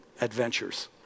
adventures